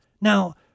now